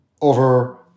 over